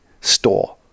store